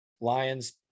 Lions